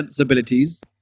abilities